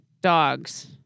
dogs